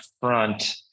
front